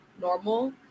normal